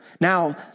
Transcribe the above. Now